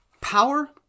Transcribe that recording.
Power